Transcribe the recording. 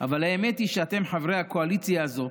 אבל האמת היא שאתם, חברי הקואליציה הזו,